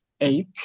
eight